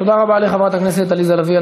תודה רבה לחברת הכנסת עליזה לביא.